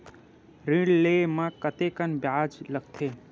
ऋण ले म कतेकन ब्याज लगथे?